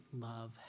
love